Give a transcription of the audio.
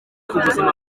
ubuzima